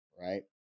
right